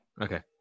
Okay